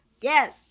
yes